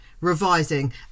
revising